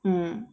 mm